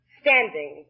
standing